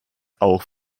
auch